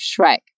Shrek